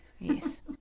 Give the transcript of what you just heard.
Yes